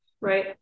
right